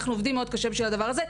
אנחנו עובדים מאוד קשה בשביל הדבר הזה.